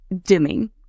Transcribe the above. dimming